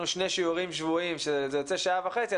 שני שיעורים שבועיים שזה יוצא שעה וחצי,